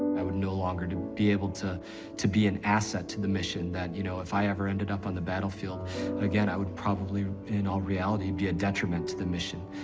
i would no longer be able to to be an asset to the mission that, you know, if i ever ended up on the battlefield again, i would probably, in all reality, be a detriment to the mission,